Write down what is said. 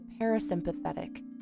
parasympathetic